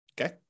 okay